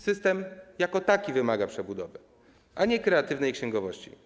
System jako taki wymaga przebudowy, a nie kreatywnej księgowości.